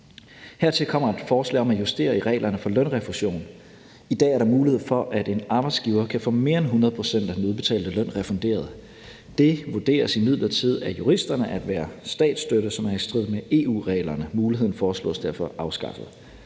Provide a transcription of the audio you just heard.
Hertil kommer et forslag om at justere i reglerne for lønrefusion. I dag er der mulighed for, at en arbejdsgiver kan få mere end 100 pct. af den udbetalte løn refunderet. Det vurderes imidlertid af juristerne til at være statsstøtte, som er i strid med EU-reglerne. Muligheden foreslås derfor afskaffet.